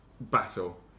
battle